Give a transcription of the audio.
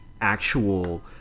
actual